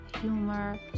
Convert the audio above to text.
humor